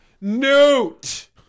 Newt